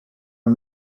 are